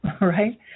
Right